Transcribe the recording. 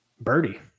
birdie